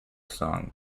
song